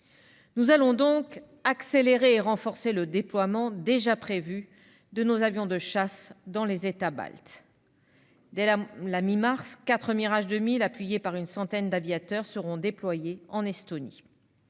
Nous allons donc accélérer et renforcer le déploiement déjà prévu de nos avions de chasse dans les États baltes. Dès la mi-mars, quatre Mirage 2000, appuyés par une centaine d'aviateurs, seront déployés en Estonie.